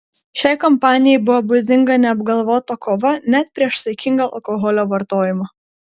šiai kampanijai buvo būdinga neapgalvota kova net prieš saikingą alkoholio vartojimą